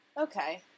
Okay